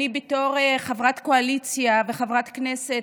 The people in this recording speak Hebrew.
בתור חברת קואליציה וחברת כנסת,